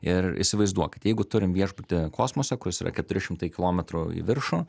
ir įsivaizduokit jeigu turim viešbutį kosmose kuris yra keturi šimtai kilometrų į viršų